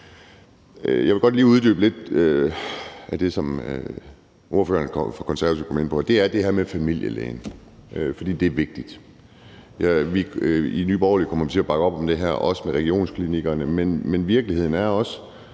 jeg vil godt lige uddybe det, som ordføreren for Konservative kom ind på, lidt, og det er det her med familielægen, fordi det er vigtigt. I Nye Borgerlige kommer vi til at bakke op om det her, også det med regionsklinikkerne. Jeg er ordfører på